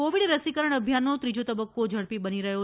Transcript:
Covid રસીકરણ અભિયાનનો ત્રીજો તબક્કો ઝડપી બની રહ્યો છે